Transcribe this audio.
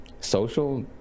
Social